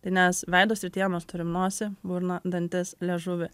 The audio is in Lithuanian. tai nes veido srityje mes turim nosį burną dantis liežuvį